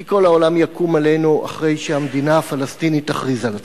כי כל העולם יקום עלינו אחרי שהמדינה הפלסטינית תכריז על עצמה.